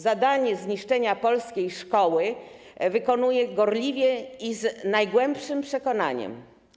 Zadanie zniszczenia polskiej szkoły wykonuje gorliwie i z najgłębszym przekonaniem.